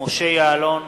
משה יעלון,